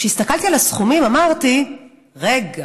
כשהסתכלתי על הסכומים, אמרתי: רגע,